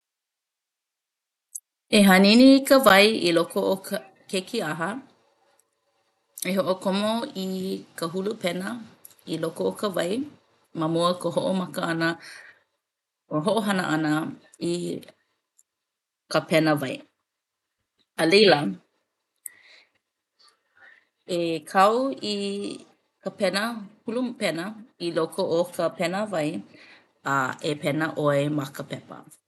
E hanini i ka wai i loko o ka ke kīʻaha. E hoʻokomo i ka hulu pena i loko o ka wai ma mua o ka hoʻomaka ʻana ka hoʻohana ʻana i ka pena wai. A laila, e kau i ka pena hulu pena i loko o ka pena wai a e pena ʻoe ma ka pepa.